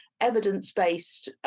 evidence-based